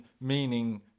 meaning